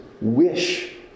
wish